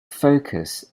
focus